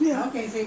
dunearn